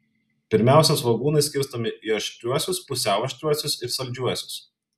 pirmiausia svogūnai skirstomi į aštriuosius pusiau aštriuosius ir saldžiuosius